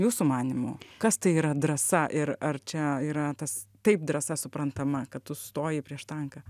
jūsų manymu kas tai yra drąsa ir ar čia yra tas taip drąsa suprantama kad tu stoji prieš tanką